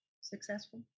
successful